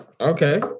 okay